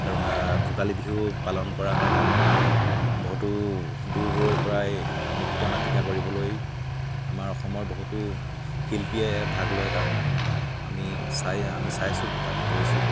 ৰঙা ভোগালী বিহু পালন কৰা হয় তাত বহুতো দূৰ দূৰৰ পৰাই নৃত্য নাটিকা কৰিবলৈ আমাৰ অসমৰ বহুতো শিল্পীয়ে ভাগ লয় তাত আমি চাই আমি চাইছোঁ তাত গৈছোঁ